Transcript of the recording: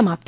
समाप्त